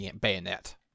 bayonet